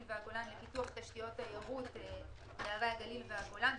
והגולן לפיתוח תשתיות תיירות בערי הגליל והגולן,